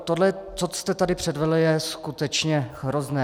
Tohle, co jste tady předvedl, je skutečně hrozné.